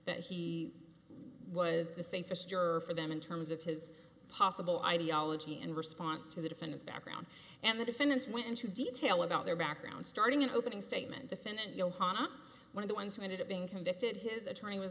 that he was the safest juror for them in terms of his possible ideology and response to the defendant's background and the defendants went into detail about their background starting in opening statement defendant johana not one of the ones who ended up being convicted his attorney was